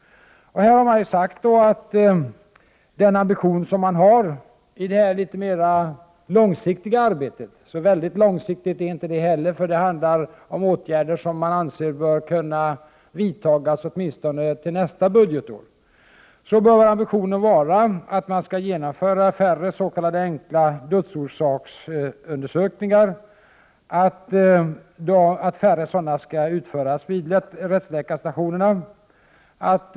Den ambition som man har i det långsiktiga arbetet —så förfärligt långsiktigt är nu inte det heller, för det gäller åtgärder som man anser bör kunna vidtas åtminstone till nästa budgetår — bör vara att färre s.k. enkla dödsorsaksundersökningar genomförs vid rättsläkarstationerna.